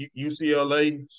UCLA